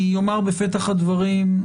אני אומר בפתח הדברים,